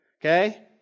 okay